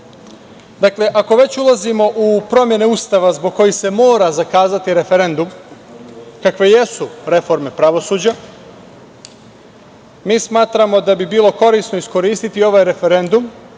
više. Ako već ulazimo u promene Ustava zbog kojih se mora zakazati referendum, kakve jesu reforme pravosuđa, mi smatramo da bi bilo korisno iskoristiti ovaj referendum